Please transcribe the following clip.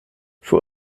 für